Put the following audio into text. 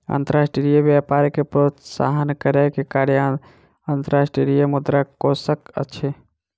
अंतर्राष्ट्रीय व्यापार के प्रोत्साहन करै के कार्य अंतर्राष्ट्रीय मुद्रा कोशक अछि